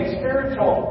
spiritual